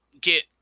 get